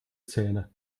zähne